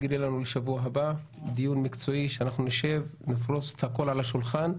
תסגרי לנו לשבוע הבא דיון מקצועי שנשב ונפרוש את הכל על השולחן,